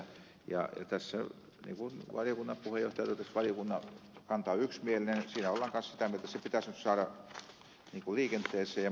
tässä niin kuin valiokunnan puheenjohtaja totesi valiokunnan kanta on yksimielinen että siinä ollaan kanssa sitä mieltä että se pitäisi nyt saada liikenteeseen ja mahdollisimman nopeasti käytäntöön